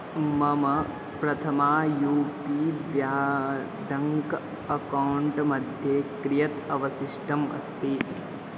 मम Prathama U P bank account मध्ये कियत् अवशिष्टम् अस्ति